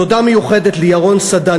תודה מיוחדת לירון סדן,